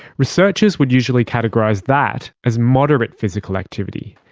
researchers would usually categorise that as moderate physical activity.